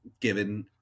given